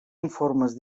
informes